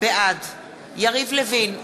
בעד יריב לוין,